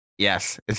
yes